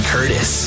Curtis